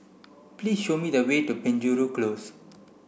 please show me the way to Penjuru Close